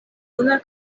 juna